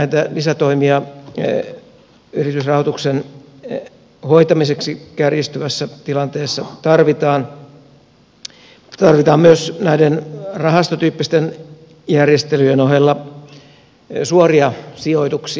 näitä lisätoimia yritysrahoituksen hoitamiseksi kärjistyvässä tilanteessa tarvitaan tarvitaan myös näiden rahastotyyppisten järjestelyjen ohella suoria sijoituksia